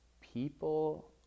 people